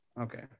okay